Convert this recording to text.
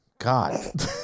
God